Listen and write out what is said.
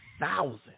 thousand